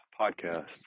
podcast